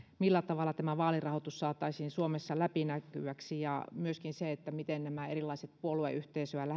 millä tavalla tämä vaalirahoitus saataisiin suomessa läpinäkyväksi ja myöskin näiden erilaisten puolueyhteisöä